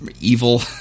evil